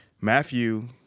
Matthew